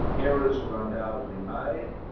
ah errors were undoubtedly made.